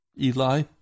Eli